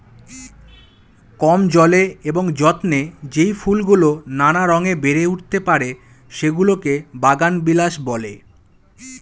কম জলে এবং যত্নে যেই ফুলগুলো নানা রঙে বেড়ে উঠতে পারে, সেগুলোকে বাগানবিলাস বলে